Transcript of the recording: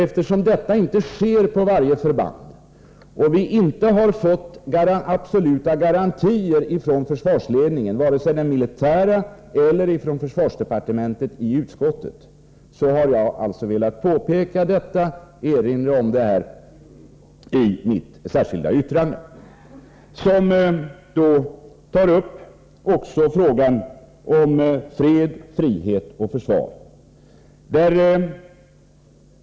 Eftersom det ändå inte sker på alla förband och vi i utskottet inte har fått absoluta garantier vare sig från den militära försvarsledningen eller från försvarsdepartementet att så skall ske har jag velat göra denna erinran i mitt särskilda yttrande, som också tar upp frågan om fred, frihet och försvar.